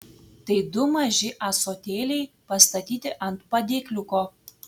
tai du maži ąsotėliai pastatyti ant padėkliuko